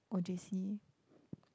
or J_C